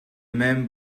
même